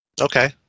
Okay